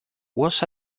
was